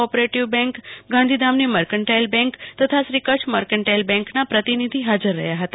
ઓપ bank ગાંધીધામની mercantile bank તથા Shri Kutch mercantile બેંકના પ્રતિનિધિ હાજર રહયા હતા